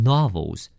Novels